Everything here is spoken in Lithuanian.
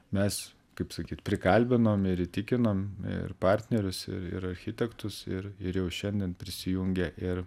mes kaip sakyt prikalbinom ir įtikinom ir partnerius ir ir architektus ir ir jau šiandien prisijungė ir